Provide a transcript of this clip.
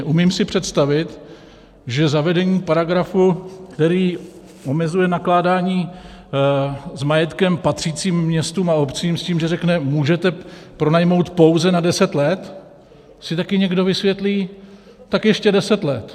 Umím si představit, že zavedení paragrafu, který omezuje nakládání s majetkem patřícím městům a obcím s tím, že řekne: můžete pronajmout pouze na deset let, si taky někdo vysvětlí: tak ještě deset let.